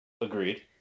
Agreed